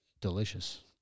delicious